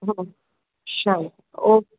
hmm sure okay